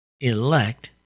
elect